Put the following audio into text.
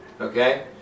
Okay